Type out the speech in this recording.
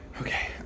okay